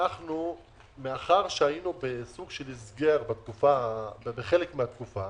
מאחר שהיינו בסוג של הסגר בחלק מהתקופה,